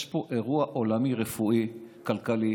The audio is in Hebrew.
יש פה אירוע עולמי רפואי, כלכלי,